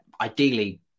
Ideally